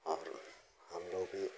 और हम लोग भी